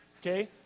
okay